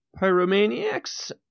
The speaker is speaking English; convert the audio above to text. pyromaniacs